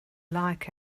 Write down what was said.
like